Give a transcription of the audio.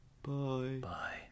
Bye